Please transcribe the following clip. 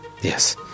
Yes